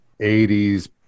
80s